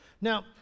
Now